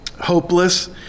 hopeless